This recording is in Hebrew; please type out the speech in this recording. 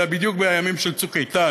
זה היה בדיוק בימים של "צוק איתן".